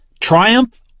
triumph